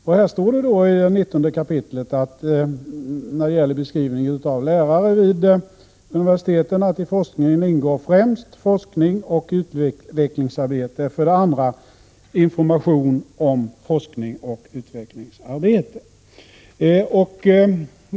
Det står i kap. 19 när det gäller beskrivning av lärare vid universiteten att i forskning ingår forskningoch utvecklingsarbete samt information om forskningoch utvecklingsarbete.